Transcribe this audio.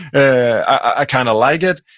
i kind of like it,